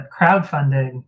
crowdfunding